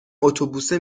اتوبوسه